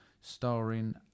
starring